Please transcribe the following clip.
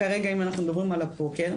כרגע אם אנחנו מדברים על הפוקר,